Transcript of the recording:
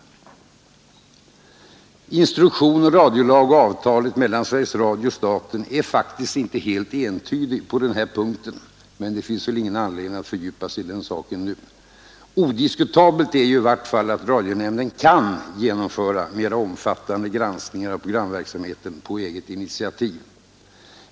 Instruktion, radiolag och avtalet mellan Sveriges Radio och staten är faktiskt inte helt entydiga på den här punkten, men det finns väl ingen anledning att fördjupa sig i den saken nu. Odiskutabelt är att radionämnden kan genomföra mera omfattande granskningar av programverksamheten på eget initiativ.